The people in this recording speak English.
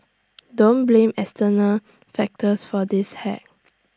don't blame external factors for this hack